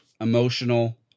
emotional